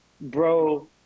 Bro